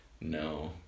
no